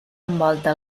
envolta